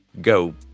go